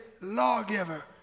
lawgiver